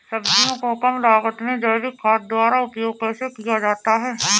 सब्जियों को कम लागत में जैविक खाद द्वारा उपयोग कैसे किया जाता है?